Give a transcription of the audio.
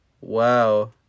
Wow